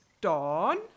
Dawn